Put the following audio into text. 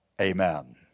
amen